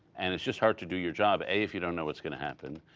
and it's just hard to do your job, a, if you don't know what's going to happen,